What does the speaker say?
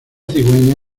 cigüeña